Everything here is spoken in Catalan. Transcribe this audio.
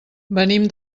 venim